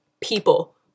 people